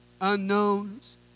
Unknowns